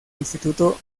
instituto